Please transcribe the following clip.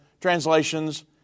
translations